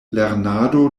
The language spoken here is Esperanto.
lernado